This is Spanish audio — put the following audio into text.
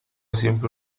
siempre